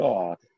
God